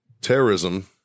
Terrorism